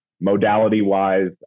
modality-wise